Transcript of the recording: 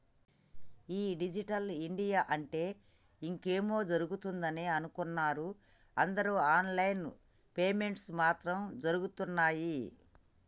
ఈ digital India అంటే ఇంకేమో జరుగుతదని అనుకున్నరు అందరు ఆన్ లైన్ పేమెంట్స్ మాత్రం జరగుతున్నయ్యి